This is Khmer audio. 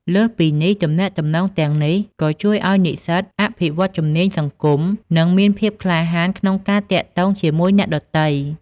លើសពីនេះ ទំនាក់ទំនងទាំងនេះក៏ជួយឱ្យនិស្សិតអភិវឌ្ឍជំនាញសង្គម និងមានភាពក្លាហានក្នុងការទាក់ទងជាមួយអ្នកដទៃ។